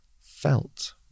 Felt